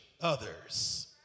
others